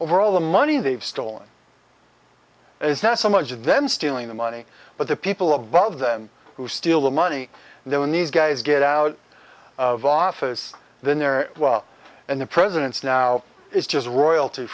over all the money they've stolen is not so much then stealing the money but the people of both of them who steal the money and then when these guys get out of office then they're well and the presidents now is just royalty